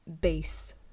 base